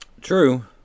True